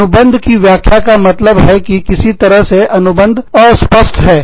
अनुबंध की व्याख्या का मतलब है कि किसी तरह से अनुबंध अस्पष्ट है